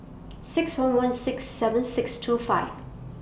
six one one six seven six two five